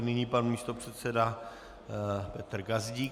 Nyní pan místopředseda Petr Gazdík.